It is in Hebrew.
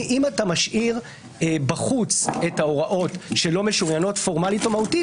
אם אתה משאיר בחוץ את ההוראות שלא משוריינות פורמלית או מהותית,